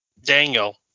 Daniel